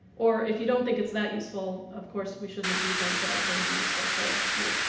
or if you don't think it's that useful, of course we shouldn't do things that aren't going to be useful for you.